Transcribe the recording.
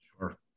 Sure